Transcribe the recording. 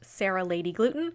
SarahLadyGluten